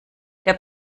der